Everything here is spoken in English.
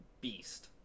beast